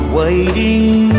waiting